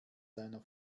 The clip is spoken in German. seiner